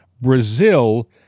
Brazil